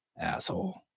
asshole